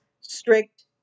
strict